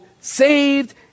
saved